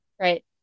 right